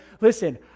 Listen